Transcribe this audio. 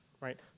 right